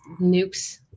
nukes